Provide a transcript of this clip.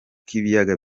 k’ibiyaga